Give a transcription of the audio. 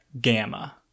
Gamma